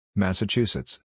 Massachusetts